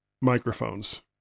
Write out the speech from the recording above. microphones